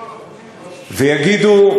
ויגידו: